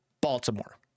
Baltimore